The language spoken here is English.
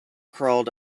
crawled